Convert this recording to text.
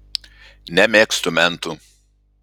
nemėgstu mentų